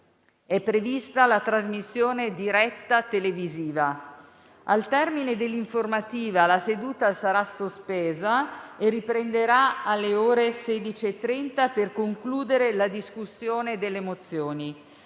È prevista la trasmissione diretta televisiva. Al termine dell'informativa, la seduta sarà sospesa e riprenderà alle ore 16,30 per concludere la discussione delle mozioni.